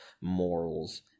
morals